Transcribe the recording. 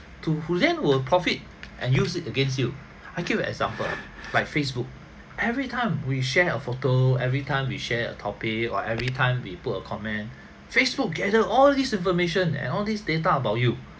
to who then will profit and use it against you I give you example by facebook every time we share a photo every time we share a topic or every time we put a comment facebook gather all this information and all these data about you